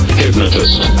hypnotist